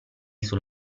sul